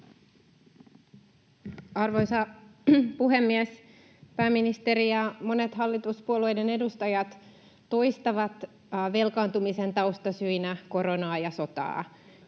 Arvoisa puhemies! Pääministeri ja monet hallituspuolueiden edustajat toistavat velkaantumisen taustasyinä koronaa ja sotaa.